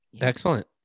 Excellent